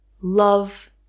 love